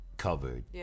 Covered